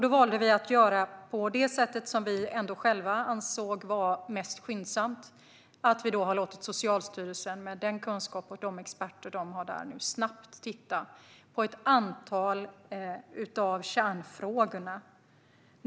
Då valde vi att göra på det sätt som vi själva ansåg vara mest skyndsamt, nämligen att låta Socialstyrelsen, med den kunskap och de experter som man har där, snabbt titta på ett antal av kärnfrågorna.